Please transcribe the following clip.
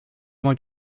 vingt